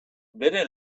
bere